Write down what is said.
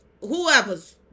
Whoever's